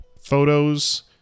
photos